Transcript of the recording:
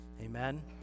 Amen